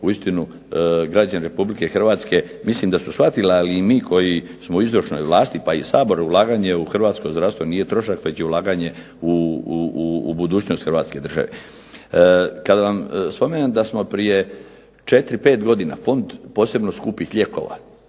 uistinu građani RH mislim da su shvatili, ali i mi koji smo u izvršnoj vlasti, pa i Sabor, ulaganje u hrvatsko zdravstvo nije trošak već je ulaganje u budućnost Hrvatske države. Kada vam spomenem da smo prije 4, 5 godina Fond posebno skupih lijekova,